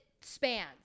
spans